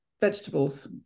vegetables